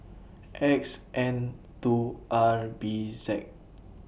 X N two R B Z